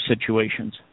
situations